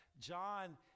John